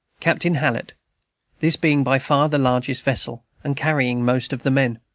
captain hallet this being by far the largest vessel, and carrying most of the men.